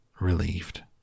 relieved